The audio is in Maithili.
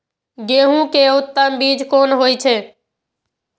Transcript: गेंहू के उत्तम बीज कोन होय छे?